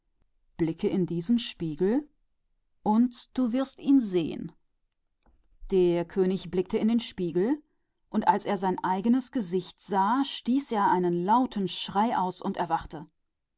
sieh in den spiegel so wirst du ihn sehen und er sah in den spiegel und da er sein eigenes antlitz sah stieß er einen lauten schrei aus und erwachte